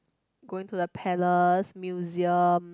going to the Palace Museum